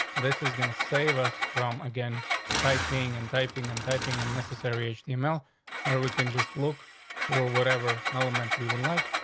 this is going to save us from again typing and typing and typing and necessary an email where we can just look for whatever element we would like.